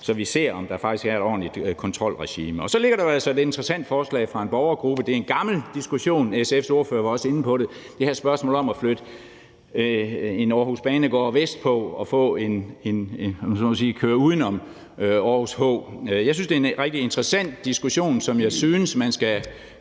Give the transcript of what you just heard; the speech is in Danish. så vi ser, om der faktisk er et ordentligt kontrolregime. Så ligger der jo et interessant forslag fra en borgergruppe – det er en gammel diskussion, og SF's ordfører var også inde på det – og det handler om spørgsmålet om at flytte en Aarhus Banegård vestpå og, om jeg så må sige, køre uden om Aarhus H. Jeg synes, det er en rigtig interessant diskussion, som jeg synes man skal